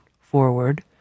forward